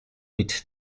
mit